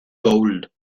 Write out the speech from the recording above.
gould